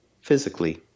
physically